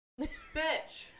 Bitch